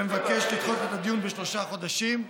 ומבקש לדחות את הדיון בשלושה חודשים.